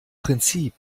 prinzip